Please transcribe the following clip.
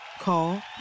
Call